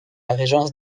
régence